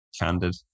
candid